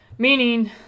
meaning